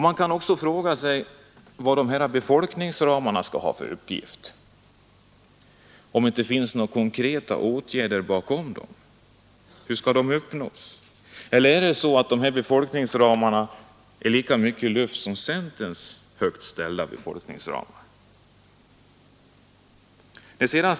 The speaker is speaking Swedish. Man kan också fråga sig vad de här befolkningsramarna skall ha för uppgift, om det inte finns några konkreta åtgärder bakom dem. Hur skall de uppnås? Eller är det så att befolkningsramarna är lika mycket luft som centerns högt ställda befolkningsramar?